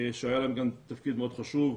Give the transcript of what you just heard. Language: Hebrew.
שהיה להם תפקיד מאוד חשוב.